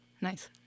Nice